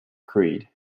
creed